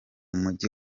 mujyi